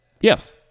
Yes